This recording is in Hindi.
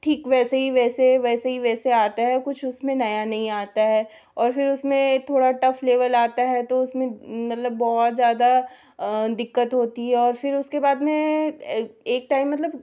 ठीक वैसे ही वैसे वैसे ही वैसे आता है कुछ उसमें नया नहीं आता है और फिर उसमें थोड़ा टफ़ लेवल आता है तो उसमें मतलब बहुत ज़्यादा दिक्कत होती है और फिर उसके बाद में एक टाइम मतलब